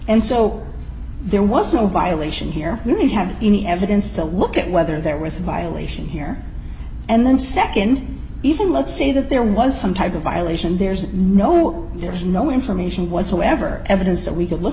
and so there was no violation here to have any evidence to look at whether there was a violation here and then nd even let's say that there was some type of violation there's no no there's no information whatsoever evidence that we could look